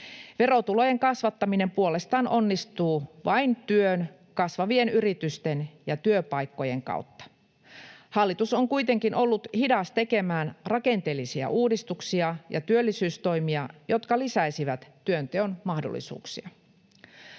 Verotulojen kasvattaminen puolestaan onnistuu vain työn, kasvavien yritysten ja työpaikkojen kautta. Hallitus on kuitenkin ollut hidas tekemään rakenteellisia uudistuksista ja työllisyystoimia, jotka lisäisivät työnteon mahdollisuuksia.